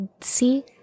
see